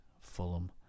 Fulham